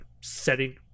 setting